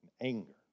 anger